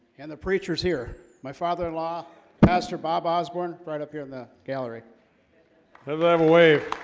and the preacher's here my father-in-law pastor bob osborne right up here in the gallery never have a wave